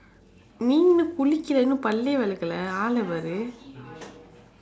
நீ இன்னும் குளிக்கலே இன்னும் பல்லே விலக்கல ஆள பாரு:nii innum kulikkalee innum pallee vilakkala aala paaru